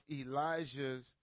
Elijah's